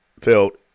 felt